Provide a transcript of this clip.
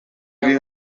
kuri